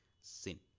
sin